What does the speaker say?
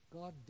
God